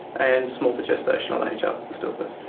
and small for gestational age after the stillbirth.